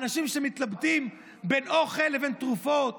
האנשים שמתלבטים בין אוכל לבין תרופות,